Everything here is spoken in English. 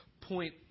point